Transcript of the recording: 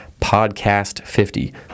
PODCAST50